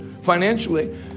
financially